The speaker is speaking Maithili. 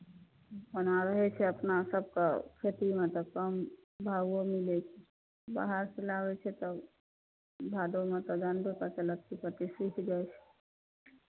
ओना रहै छै अपना सभके खेतीमे तऽ कम भावो मिलै छै बाहरसँ लाबै छियै तब भादोमे तऽ जानबे करै छियै लत्ती फत्ती सुखि जाइ छै